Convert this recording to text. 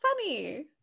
funny